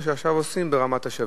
כמו שעכשיו עושים ברמות-השבים.